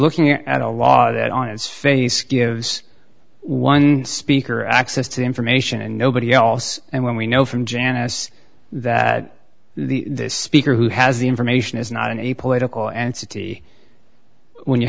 looking at a law that on its face gives one speaker access to information and nobody else and when we know from janice that the speaker who has the information is not in a political entity when you